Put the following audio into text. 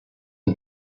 the